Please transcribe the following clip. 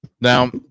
Now